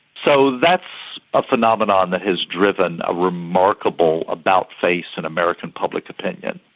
so that's a phenomenon that has driven a remarkable about-face in american public opinion.